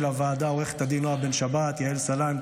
הוועדה עו"ד נועה בן שבת ועו"ד יעל סלנט,